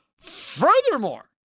Furthermore